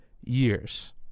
years